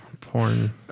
porn